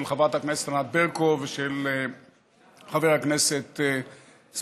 של חברת הכנסת ענת ברקו ושל חבר הכנסת סלומינסקי.